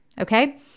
Okay